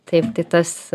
taip tai tas